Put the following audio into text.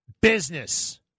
business